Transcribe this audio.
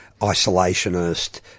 isolationist